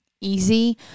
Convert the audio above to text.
easy